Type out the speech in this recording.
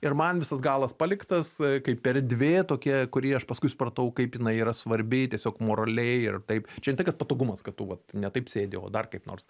ir man visas galas paliktas kaip erdvė tokia kuri aš paskui supratau kaip jinai yra svarbi tiesiog moraliai ir taip čia ne tai kad patogumas kad tu vat ne taip sėdi o dar kaip nors